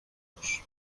euros